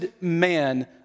man